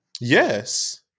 Yes